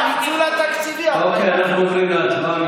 אוקיי, אנחנו עוברים להצבעה.